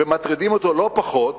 ומטרידות לא פחות